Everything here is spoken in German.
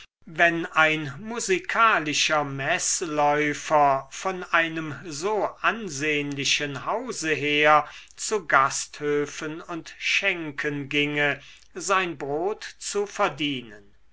wenn ein musikalischer meßläufer von einem so ansehnlichen hause her zu gasthöfen und schenken ginge sein brot zu verdienen